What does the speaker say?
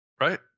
Right